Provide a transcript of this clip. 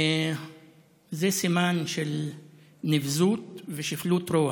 זה סימן של נבזות ושפלות רוח.